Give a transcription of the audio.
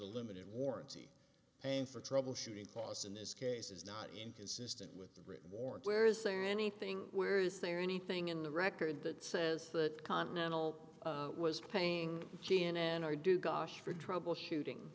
the limited warranty paying for troubleshooting costs in this case is not inconsistent with the written warrant where is there anything where is there anything in the record that says that continental was paying c n n or do gosh for troubleshooting